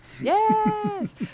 Yes